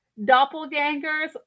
doppelgangers